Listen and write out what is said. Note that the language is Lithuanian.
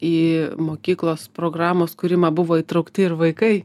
į mokyklos programos kūrimą buvo įtraukti ir vaikai